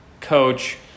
coach